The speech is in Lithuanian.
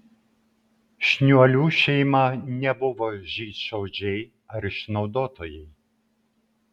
šniuolių šeima nebuvo žydšaudžiai ar išnaudotojai